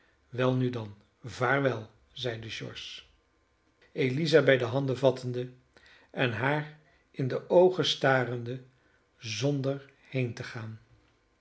welnu dan vaarwel zeide george eliza bij de handen vattende en haar in de oogen starende zonder heen te gaan